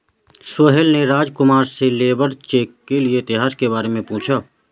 सोहेल ने राजकुमार से labour check के इतिहास के बारे में पूछा